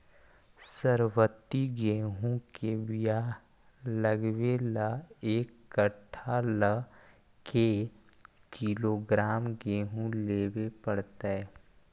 सरबति गेहूँ के बियाह लगबे ल एक कट्ठा ल के किलोग्राम गेहूं लेबे पड़तै?